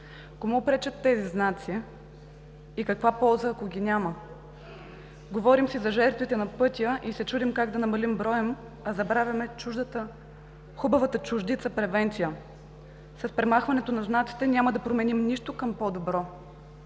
Кому пречат тези знаци и каква полза, ако ги няма? Говорим си за жертвите на пътя и се чудим как да намалим броя, а забравяме хубавата чуждица „превенция“. С премахването на знаците няма да променим нищо към по-добро,